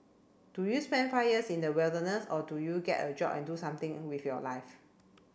do you spend five years in the wilderness or do you get a job and do something with your life